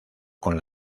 con